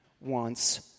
wants